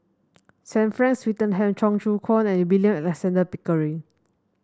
Sir Frank Swettenham Cheong Choong Kong and William Alexander Pickering